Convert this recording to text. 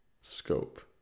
scope